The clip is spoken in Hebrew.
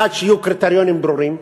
1. שיהיו קריטריונים ברורים.